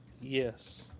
Yes